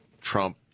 Trump